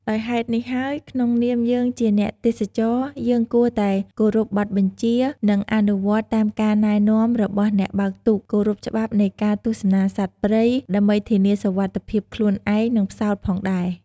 ដោយហេតុនេះហើយក្នុងនាមយើងជាអ្នកទេសចរណ៍យើងគួរតែគោរពបទបញ្ជា នឹងអនុវត្តតាមការណែនាំរបស់អ្នកបើកទូក គោរពច្បាប់នៃការទស្សនាសត្វព្រៃ ដើម្បីធានាសុវត្ថិភាពខ្លួនឯង និងផ្សោតផងដែរ ។